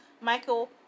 Michael